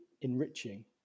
enriching